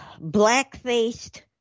black-faced